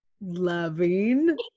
loving